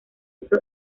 hizo